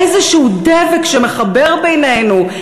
איזשהו דבק שמחבר בינינו,